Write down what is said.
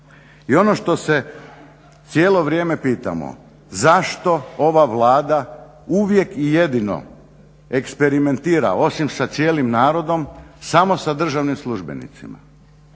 I ono što se cijelo vrijeme pitamo, zašto ova Vlada uvijek i jedino eksperimentira osim sa cijelim narodom samo sa državnim službenicima?